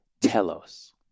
telos